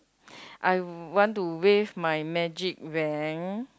I want to wave my magic wand